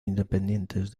independientes